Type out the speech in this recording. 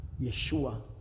Yeshua